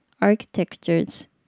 architectures